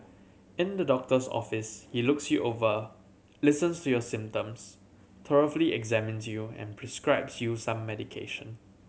in the doctor's office he looks you over listens to your symptoms thoroughly examines you and prescribes you some medication